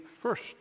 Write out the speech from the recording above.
first